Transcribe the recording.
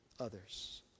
others